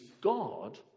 God